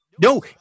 No